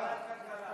לא.